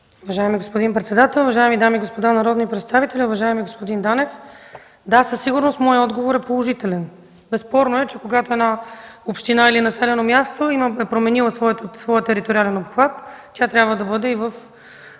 Уважаеми господин председател, уважаеми дами и господа народни представители, уважаеми господин Данев! Да, със сигурност моят отговор е положителен. Безспорно когато една община или населено място е променила своя териториален обхват, тя трябва да бъде